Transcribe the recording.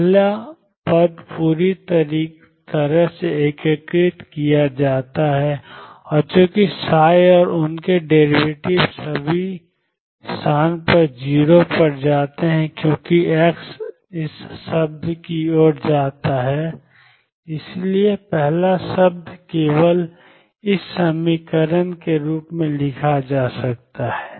पहला पद पूरी तरह से एकीकृत किया जा सकता है और चूंकि और उनके डेरिवेटिव सभी 0 पर जाते हैं क्योंकि x इस शब्द की ओर जाता है 0 और इसलिए पहला शब्द केवल 22m ∞dmdxdndxdx के रूप में लिखा जा सकता है